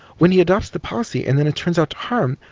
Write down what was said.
when he adopts the policy and then it turns out to harm,